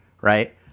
Right